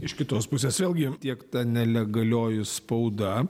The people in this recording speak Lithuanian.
iš kitos pusės vėlgi tiek ta nelegalioji spauda